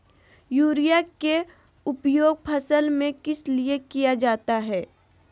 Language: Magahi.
युरिया के उपयोग फसल में किस लिए किया जाता है?